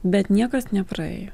bet niekas nepraėjo